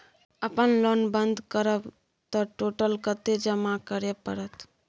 अपन लोन बंद करब त टोटल कत्ते जमा करे परत?